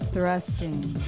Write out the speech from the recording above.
Thrusting